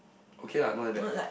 okay lah not that bad